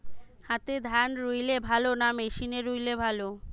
হাতে ধান রুইলে ভালো না মেশিনে রুইলে ভালো?